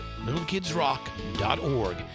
littlekidsrock.org